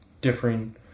differing